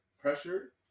pressure